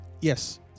Yes